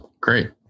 Great